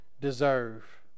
deserve